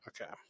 Okay